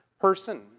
person